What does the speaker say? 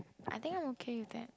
I think I'm okay with that